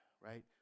right